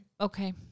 Okay